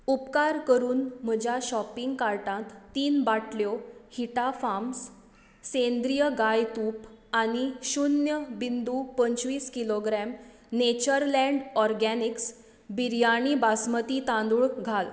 उपकार करून म्हज्या शाॅपिंग कार्टांत तीन बाटल्यो हिटा फार्म्स सेंद्रीय गाय तूप आनी शुन्य बिंदू पंचवीस kilograms Natureland Organics biryani basmati तांदूळ घाल